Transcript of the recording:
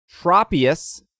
Tropius